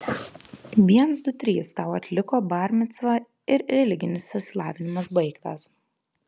viens du trys tau atliko bar micvą ir religinis išsilavinimas baigtas